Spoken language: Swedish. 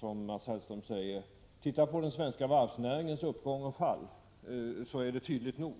som Mats Hellström säger. Titta på den svenska varvsnäringens uppgång och fall. Det är tydligt nog.